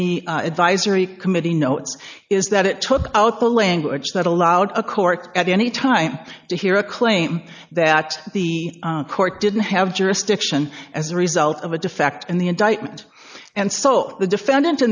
the advisory committee notes is that it took out the language that allowed a court at any time to hear a claim that the court didn't have jurisdiction as a result of a defect in the indictment and so the defendant